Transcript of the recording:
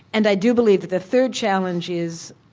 and i do believe that the third challenge is,